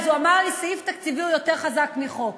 אז הוא אמר לי: סעיף תקציבי הוא יותר חזק מחוק.